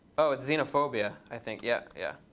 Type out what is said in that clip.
oh, it's xenophobia, i think. yeah, yeah.